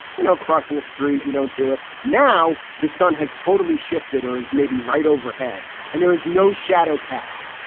you know, crossing the street, you don't do it now, the sun has totally shifted or is maybe right overhead and there is no shadow cast.